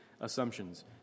assumptions